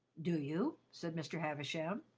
do you? said mr. havisham.